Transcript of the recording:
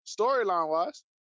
Storyline-wise